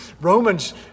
Romans